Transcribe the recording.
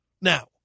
Now